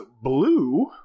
blue